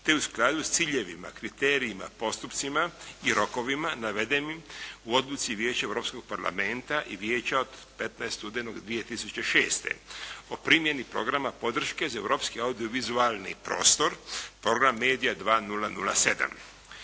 te u skladu s ciljevima, kriterijima, postupcima i rokovima navedenim u odluci Vijeća Europskog Parlamenta i Vijeća od 15. studenog 2006. o primjeni programa podrške za europski audio-vizualni prostor Program Media 2007.